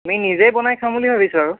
আমি নিজেই বনাই খাম বুলি ভাবিছোঁ আৰু